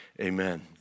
amen